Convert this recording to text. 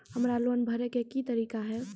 हमरा लोन भरे के की तरीका है?